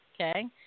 Okay